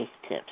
tips